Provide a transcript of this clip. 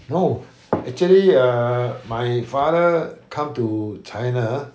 no actually err my father come to china